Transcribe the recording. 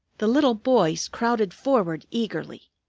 the little boys crowded forward eagerly.